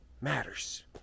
matters